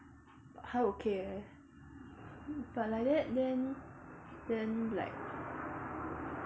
okay eh but like that then then like